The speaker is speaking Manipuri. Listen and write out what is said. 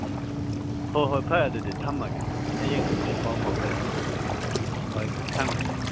ꯎꯝ ꯍꯣꯏ ꯍꯣꯏ ꯐꯔꯦ ꯑꯗꯨꯗꯤ ꯊꯝꯃꯒꯦ ꯍꯌꯦꯡꯗꯣ ꯑꯃꯨꯛ ꯑꯣꯏ ꯄꯥꯎ ꯐꯥꯎꯖꯔꯛꯑꯒꯦ ꯍꯣꯏ ꯊꯝꯃꯦ ꯊꯝꯃꯦ